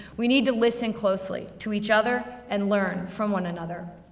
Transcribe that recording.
we need to listen closely to each other, and learn from one another.